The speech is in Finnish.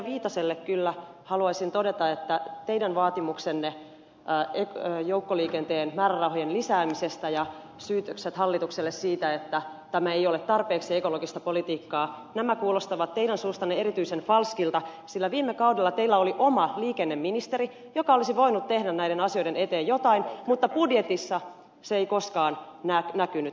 viitaselle kyllä haluaisin todeta että teidän vaatimuksenne joukkoliikenteen määrärahojen lisäämisestä ja syytökset hallitukselle siitä että tämä ei ole tarpeeksi ekologista politiikkaa kuulostavat teidän suustanne erityisen falskeilta sillä viime kaudella teillä oli oma liikenneministeri joka olisi voinut tehdä näiden asioiden eteen jotain mutta budjetissa se ei koskaan näkynyt